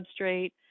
substrate